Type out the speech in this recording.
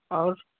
और